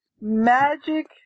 Magic